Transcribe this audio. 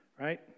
right